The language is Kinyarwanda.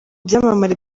byamamare